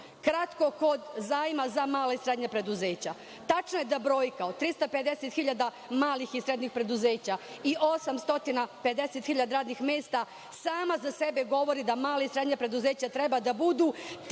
stranu. Kratko kod zajma za mala i srednja preduzeća. Tačno je da brojka od 350.000 malih i srednjih preduzeća i 850.000 radnih mesta sama za sebe govori da mala i srednja preduzeća treba da budu